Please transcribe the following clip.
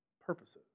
purposes